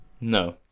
No